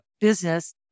business